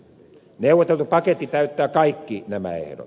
neuvoteltu paketti täyttää kaikki nämä ehdot